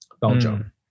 Belgium